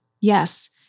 Yes